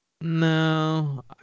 No